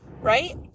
right